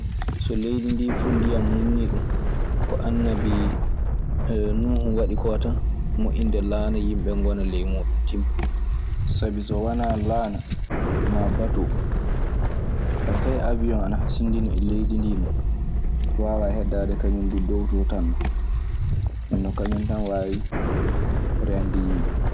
So leydi ndii fuu ndiyan mutnii ɗun, ko annabii Nuuhun waɗi koo tan. Moƴƴinde laana, yimɓe ɓee ngona ley muuɗun, timmi. Sabi so wanaa laana maa batoo. Fay aawion ana hasindinii e leydi ndii non, waawaaa heddaade kañun duu dow too tan non. Nden non kañun tan waawi reende yimɓe.